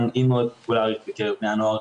גם היא מאוד פופולארית בקרב בני הנוער.